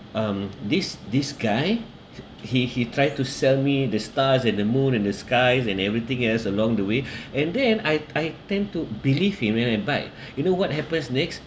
um this this guy he he tried to sell me the stars and the moon in the skies and everything else along the way and then I I tend to believe him and I buy you know what happens next